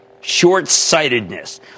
short-sightedness